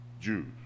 Jews